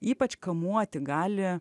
ypač kamuoti gali